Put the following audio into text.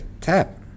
tap